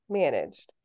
managed